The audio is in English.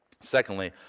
Secondly